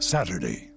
Saturday